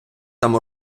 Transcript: там